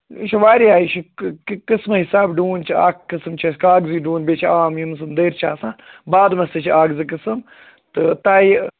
یہِ چھُ واریاہ یہِ چھُ قٕسمٕے حِساب ڈوٗن چھِ اکھ قٕسٕم چھِ اَسہِ کاغذی ڈوٗن بیٚیہِ چھِ عام یِم زَن دٔرۍ چھِ آسان بادمَس تہِ چھِ اَکھ زٕ قسم تہٕ تۄہہِ